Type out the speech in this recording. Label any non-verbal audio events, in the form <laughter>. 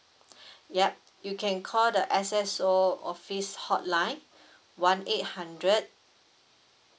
<breath> ya you can call the S_S_O office hotline <breath> one eight hundred